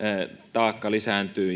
taakka lisääntyy